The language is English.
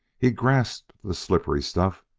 he grasped the slippery stuff,